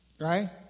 Right